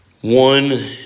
one